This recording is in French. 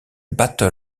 battle